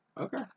Okay